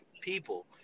people